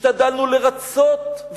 השתדלנו לרצות,